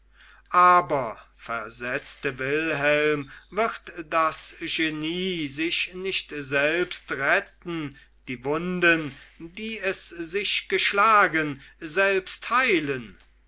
aber versetzte wilhelm wird das genie sich nicht selbst retten die wunden die es sich geschlagen selbst heilen